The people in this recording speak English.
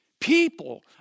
People